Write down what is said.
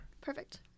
Perfect